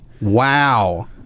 wow